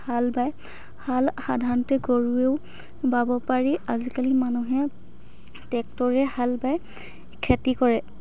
হাল বায় হাল সাধাৰণতে গৰুৱেও বাব পাৰি আজিকালি মানুহে ট্ৰেক্টৰেৰে হাল বায় খেতি কৰে